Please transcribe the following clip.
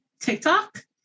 TikTok